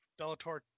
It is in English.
Bellator